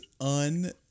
un